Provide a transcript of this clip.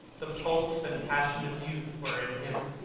the pulse and passion of youth were in him,